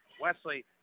Wesley